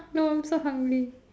no I'm so hungry